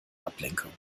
ablenkung